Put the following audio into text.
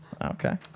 Okay